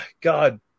God